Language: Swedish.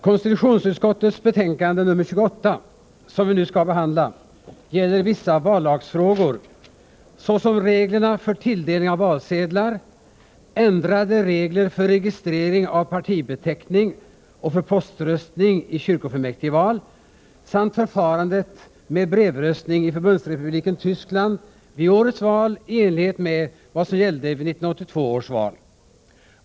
Konstitutionsutskottets betänknade nr 28, som vi nu skall behandla, gäller vissa vallagsfrågor, såsom reglerna för tilldelning av valsedlar, ändrade regler för registrering av partibeteckning och för poströstning i kyrkofullmäktigeval samt förfarandet med brevröstning i Förbundsrepubliken Tyskland vid årets vali enlighet med vad som gällde vid 1982 års val.